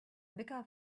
mecca